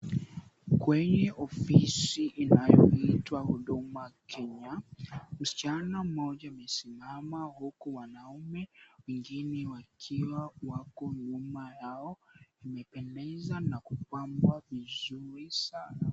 Kwenye ofisi inayoitwa Huduma Kenya, mschana mmoja amesimama huku wanaume wengine wakiwa wako nyuma yao, imependeza na kupambwa vizuri sana.